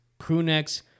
crewnecks